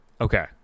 Okay